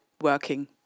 working